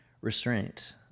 restraint